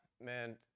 man